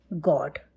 god